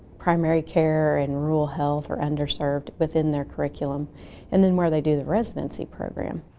primary care and rural health or under-served within their curriculum and then, where they do the residency program.